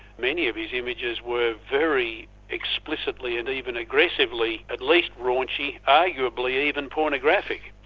many of these images were very explicitly and even aggressively at least raunchy, arguably even pornographic.